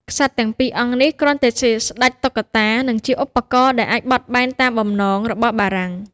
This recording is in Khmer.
ក្សត្រទាំងពីរអង្គនេះគ្រាន់តែជាស្តេចតុក្កតា និងជាឧបករណ៍ដែលអាចបត់បែនតាមបំណងរបស់បារាំង។